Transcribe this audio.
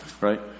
right